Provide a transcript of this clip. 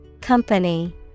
Company